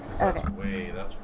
Okay